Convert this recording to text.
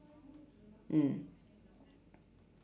mm